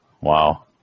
Wow